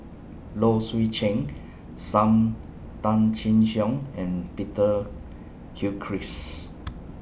Low Swee Chen SAM Tan Chin Siong and Peter Gilchrist